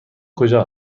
کجا